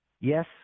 yes